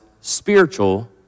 spiritual